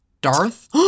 Darth